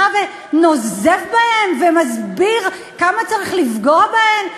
ונוזף בהן ומסביר כמה צריך לפגוע בהן?